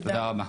תודה רבה.